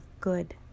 good